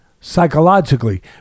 psychologically